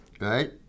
Right